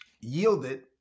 yielded